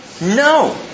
No